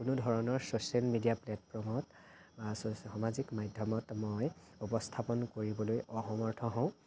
কোনোধৰণৰ social media প্লেটফৰ্মত ছ'চি সামাজিক মাধ্যমত মই উপস্থাপন কৰিবলৈ অসমৰ্থ হওঁ